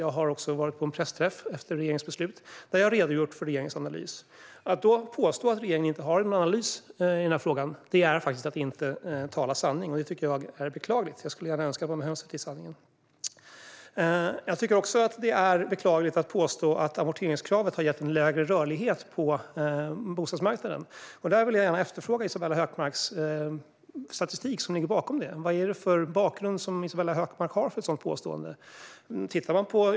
Jag har varit på en pressträff efter regeringens beslut, där jag har redogjort för regeringens analys. Att då påstå att regeringen inte har en analys i den här frågan är faktiskt att inte tala sanning. Det tycker jag är beklagligt, och jag skulle gärna önska att man höll sig till sanningen. Jag tycker också att påståendet att amorteringskravet har lett till en lägre rörlighet på bostadsmarknaden är beklagligt och vill gärna efterfråga vad det är för statistik som ligger bakom det. Vad har Isabella Hökmark för bakgrund för ett sådant påstående?